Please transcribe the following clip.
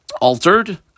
Altered